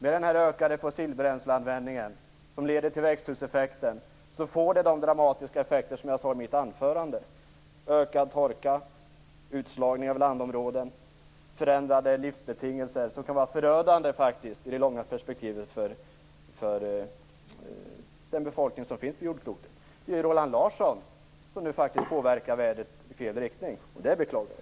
En ökad användning av fossilbränslen leder till en växthuseffekt, och detta får de dramatiska följder som jag nämnde i mitt anförande: ökad torka, utslagning av landområden, förändrade livsbetingelser. Detta kan i det långa perspektivet vara förödande för jordens befolkning. Roland Larsson påverkar vädret i fel riktning, och det är beklagligt.